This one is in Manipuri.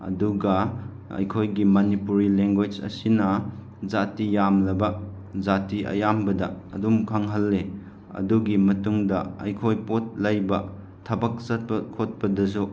ꯑꯗꯨꯒ ꯑꯩꯈꯣꯏꯒꯤ ꯃꯅꯤꯄꯨꯔꯤ ꯂꯦꯡꯒꯣꯏꯁ ꯑꯁꯤꯅ ꯖꯥꯇꯤ ꯌꯥꯝꯂꯕ ꯖꯥꯇꯤ ꯑꯌꯥꯝꯕꯗ ꯑꯗꯨꯝ ꯈꯪꯍꯜꯂꯦ ꯑꯗꯨꯒꯤ ꯃꯇꯨꯡꯗ ꯑꯩꯈꯣꯏ ꯄꯣꯠ ꯂꯩꯕ ꯊꯕꯛ ꯆꯠꯄ ꯈꯣꯠꯄꯗꯁꯨ